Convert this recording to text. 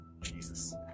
Jesus